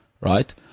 right